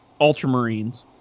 Ultramarines